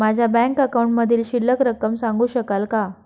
माझ्या बँक अकाउंटमधील शिल्लक रक्कम सांगू शकाल का?